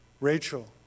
Rachel